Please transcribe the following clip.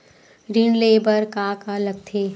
ऋण ले बर का का लगथे?